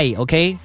okay